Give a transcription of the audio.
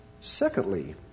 Secondly